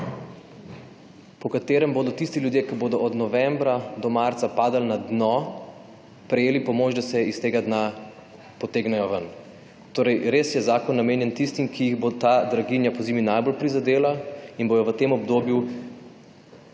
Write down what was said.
po katerem bodo tisti ljudje, ki bodo od novembra do marca padli na dno, prejeli pomoč, da se iz tega dna potegnejo ven. Torej, res je zakon namenjen tistim, ki jih bo ta draginja pozimi najbolj prizadela in bojo v tem obdobju